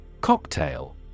Cocktail